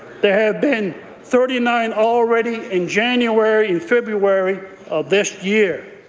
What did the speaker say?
there have been thirty nine already in january and february of this year.